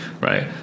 right